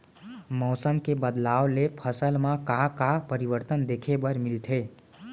मौसम के बदलाव ले फसल मा का का परिवर्तन देखे बर मिलथे?